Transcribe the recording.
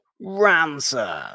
ransom